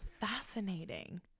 fascinating